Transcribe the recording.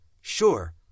Sure